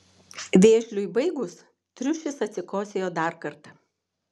vėžliui baigus triušis atsikosėjo dar kartą